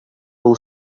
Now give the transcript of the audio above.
will